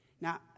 Now